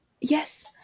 yes